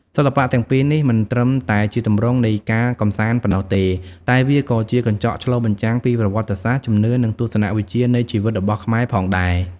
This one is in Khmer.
សិល្បៈទាំងពីរនេះមិនត្រឹមតែជាទម្រង់នៃការកម្សាន្តប៉ុណ្ណោះទេ តែវាក៏ជាកញ្ចក់ឆ្លុះបញ្ចាំងពីប្រវត្តិសាស្ត្រ ជំនឿ និងទស្សនវិជ្ជានៃជីវិតរបស់ខ្មែរផងដែរ។